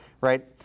right